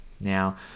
Now